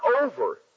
over